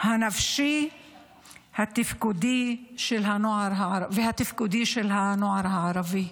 הנפשי והתפקודי של הנוער הערבי.